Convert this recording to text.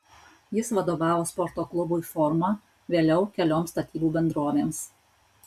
jis vadovavo sporto klubui forma vėliau kelioms statybų bendrovėms